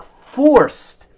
forced